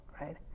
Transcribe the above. right